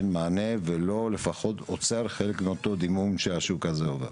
מענה ולא לפחות עוצר חלק מאותו דימום שהשוק הזה עובר.